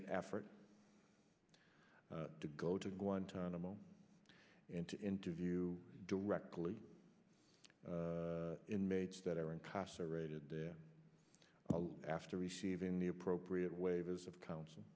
an effort to go to guantanamo and to interview directly inmates that are incarcerated there after receiving the appropriate waivers of counsel